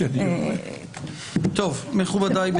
מכובדי,